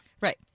Right